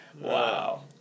Wow